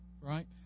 right